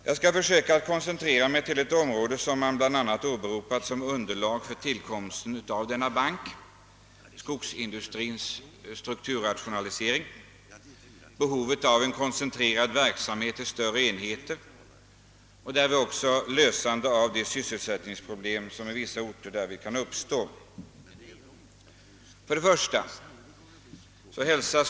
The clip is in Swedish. Jag skall försöka koncentrera mig till ett område som bl.a. åberopats som motiv för tillkomsten av denna bank, nämligen skogsindustrins strukturrationalisering, behovet av en koncentrerad verksamhet i större enheter och därvid också lösandet av de sysselsättningsproblem som kan uppstå i vissa orter.